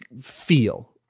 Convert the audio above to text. feel